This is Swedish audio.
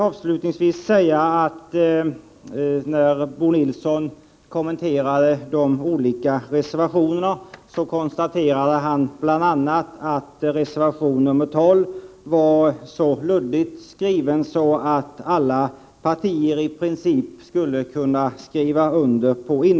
Avslutningsvis: När Bo Nilsson kommenterade de olika reservationerna sade han att reservation 12 var så luddigt skriven att alla partier i princip skulle kunna skriva under den.